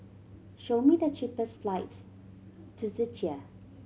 show me the cheapest flights to Czechia